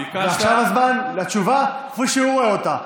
ועכשיו הזמן לתשובה כפי שהוא רואה אותה.